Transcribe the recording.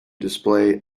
display